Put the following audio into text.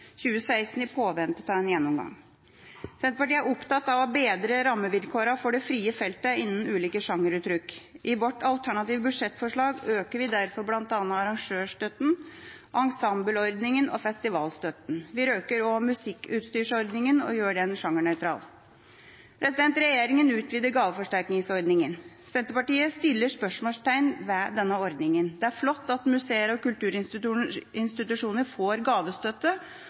2016 i påvente av en gjennomgang. Senterpartiet er opptatt av å bedre rammevilkårene for det frie feltet innen ulike sjangeruttrykk. I vårt alternative budsjettforslag øker vi derfor bl.a. arrangørstøtten, ensembleordninga og festivalstøtten. Vi øker også musikkutstyrsordninga og gjør den sjangernøytral. Regjeringa utvider gaveforsterkningsordninga. Senterpartiet setter spørsmålstegn ved denne ordninga. Det er flott at museer og kulturinstitusjoner får gavestøtte,